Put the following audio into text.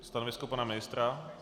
Stanovisko pana ministra?